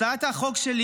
הצעת החוק שלי,